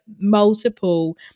multiple